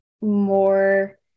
more